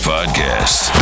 Podcast